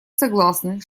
согласны